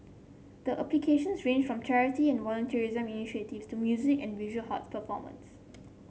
the applications ranged from charity and volunteerism initiatives to music and visual hat platforms